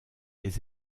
les